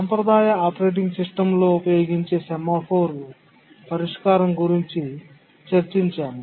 సాంప్రదాయ ఆపరేటింగ్ సిస్టమ్లో ఉపయోగించే సెమాఫోర్ పరిష్కారం గురించి చర్చించాము